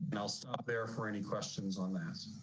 and i'll stop there for any questions on that.